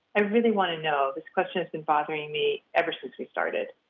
i really want to know, this question has been bothering me ever since we started.